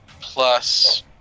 plus